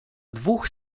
dwóch